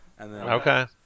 Okay